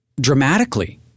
dramatically